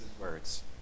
words